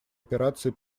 операции